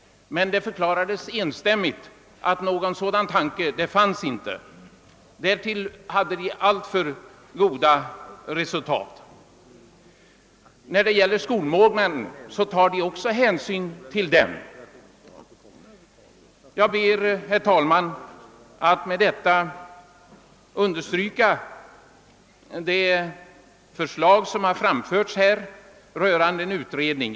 Det förklarades emellertid enstämmigt att någon sådan tanke inte fanns. Erfarenheterna av det nuvarande systemet var alltför. goda. Vad beträffar skolmognaden tar de också hänsyn till den. Jag ber, herr talman, med det anförda att få understryka angelägenheten av det förslag som framförts här om en utredning.